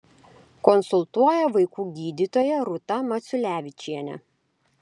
konsultuoja vaikų gydytoja rūta maciulevičienė